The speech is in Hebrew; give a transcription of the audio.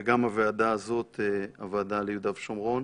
וגם הוועדה הזאת, הוועדה ליהודה ושומרון.